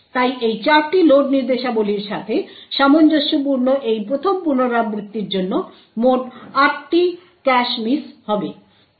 তাই এই 8টি লোড নির্দেশাবলীর সাথে সামঞ্জস্যপূর্ণ এই প্রথম পুনরাবৃত্তির জন্য মোট 8টি ক্যাশ মিস হবে